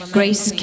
Grace